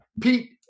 Pete